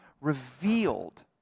revealed